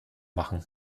machen